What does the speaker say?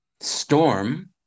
storm